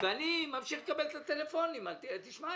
אני ממשיך לקבל טלפונים: "תשמע,